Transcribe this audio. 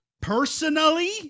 personally